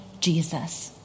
Jesus